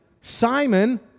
Simon